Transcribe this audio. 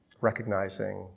recognizing